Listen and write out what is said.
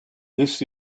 this